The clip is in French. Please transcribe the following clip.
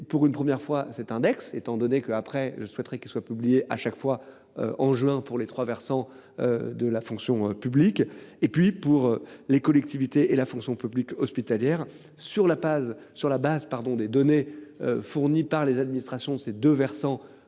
pour une première fois cet index étant donné que, après, je souhaiterais qu'soit publié à chaque fois en juin pour les trois versants. De la fonction publique et puis pour les collectivités et la fonction publique hospitalière. Sur la base, sur la base pardon des données fournies par les administrations, ces 2 versants.